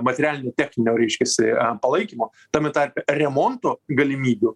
materialinio techninio reiškiasi a palaikymo tame tarpe remonto galimybių